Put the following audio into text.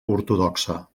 ortodoxa